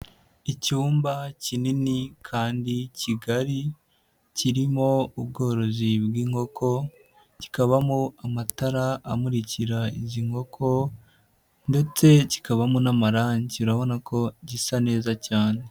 Icyumba kinini kandi kigari kirimo ubworozi bw'inkoko, kikabamo amatara amurikira izi nkoko ndetse kikabamo n'amarangi, urabona ko gisa neza cyane.